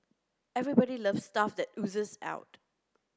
everybody loves stuff that oozes out